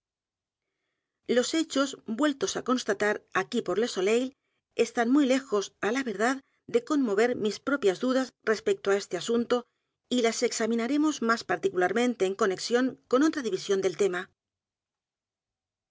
los hechos vueltos á constatar aquí por le soleit están muy lejos á la verdad de conmover mis propias dudas respecto á este asunto y las examinaremos más edgar poe novelas y cuentos particularmente en conexión con otra división del tema